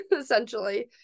essentially